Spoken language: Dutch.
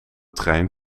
trein